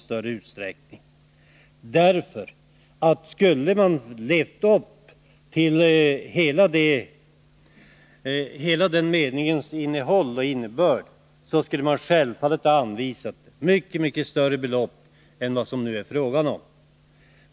Skulle man leva upp till innehållet och innebörden i socialdemokraternas förslag, skulle man självfallet ha anvisat ett mycket större belopp än vad det nu är fråga om.